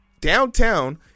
downtown